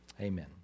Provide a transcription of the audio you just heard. amen